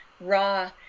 raw